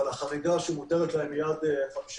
אבל החריגה שמותרת להם היא עד 5%,